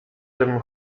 żebym